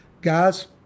Guys